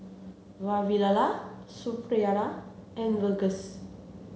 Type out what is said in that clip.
Vavilala Suppiah and Verghese